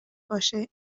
باشه